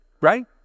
right